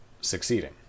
succeeding